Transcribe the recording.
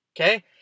Okay